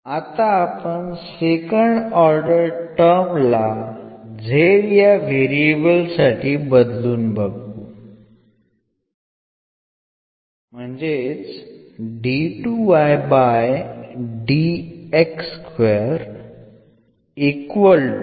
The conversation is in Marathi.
आता आपण सेकंड ऑर्डर टर्म ला z या व्हेरिएबल साठी बदलून बघू